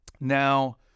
Now